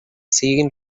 siguin